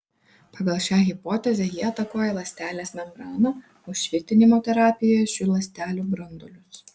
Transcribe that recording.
pagal šią hipotezę jie atakuoja ląstelės membraną o švitinimo terapija šių ląstelių branduolius